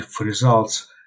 results